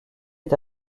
est